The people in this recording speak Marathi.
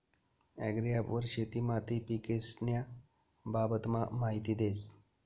ॲग्रीॲप वर शेती माती पीकेस्न्या बाबतमा माहिती देस